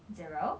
zero